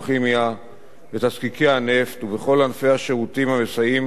הפטרוכימיה ותזקיקי הנפט ובכל ענפי השירותים המסייעים